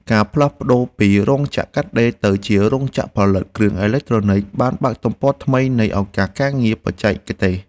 ការផ្លាស់ប្តូរពីរោងចក្រកាត់ដេរទៅជារោងចក្រផលិតគ្រឿងអេឡិចត្រូនិចបានបើកទំព័រថ្មីនៃឱកាសការងារបច្ចេកទេស។